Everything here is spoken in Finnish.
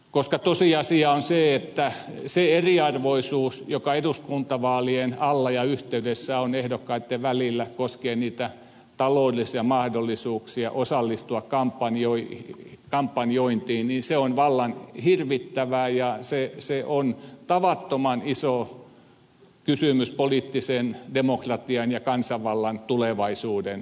tosiasia on että se eriarvoisuus joka eduskuntavaalien alla ja yhteydessä on ehdokkaitten välillä koskien taloudellisia mahdollisuuksia osallistua kampanjointiin on vallan hirvittävää ja se on tavattoman iso kysymys poliittisen demokratian ja kansanvallan tulevaisuuden kannalta